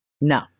No